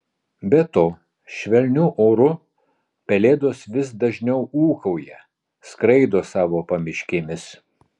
be to švelniu oru pelėdos vis dažniau ūkauja skraido savo pamiškėmis